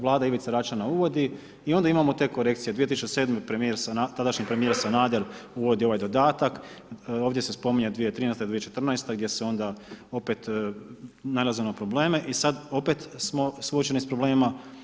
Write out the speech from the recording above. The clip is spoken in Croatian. Vlada Ivice Račana uvodi, i onda imamo te korekcije, 2007. tadašnji premijer Sanader uvodi ovaj dodatak, ovdje se spominje 2013., 2014. gdje se onda opet nailazi na probleme i sad opet smo suočeni sa problemima.